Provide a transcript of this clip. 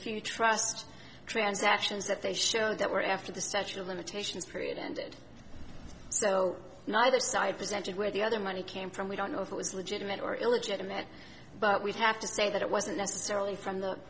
few trust transactions that they showed that were after the statute of limitations period ended so neither side presented where the other money came from we don't know if it was legitimate or illegitimate but we have to say that it wasn't necessarily from